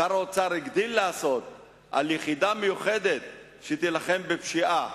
שר האוצר הגדיל לעשות ודיבר על יחידה מיוחדת שתילחם בפשיעה.